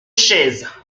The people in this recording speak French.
chaise